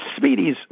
Speedies